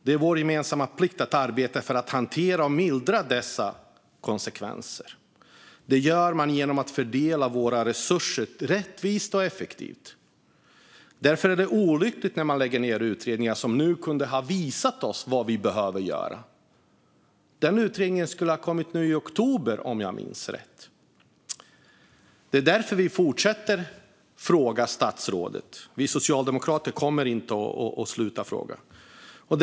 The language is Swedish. Det är vår gemensamma plikt att arbeta för att hantera och mildra dessa konsekvenser. Det gör man genom att fördela våra resurser rättvist och effektivt. Därför är det olyckligt när man lägger ned en utredning som nu kunde ha visat oss vad vi behöver göra. Denna utredning skulle ha kommit nu i oktober, om jag minns rätt. Det är därför som vi fortsätter att ställa frågor till statsrådet. Vi socialdemokrater kommer inte att sluta att ställa frågor.